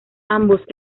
ambos